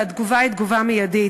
והתגובה היא תגובה מיידית.